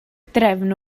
drefn